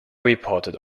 reported